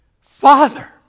Father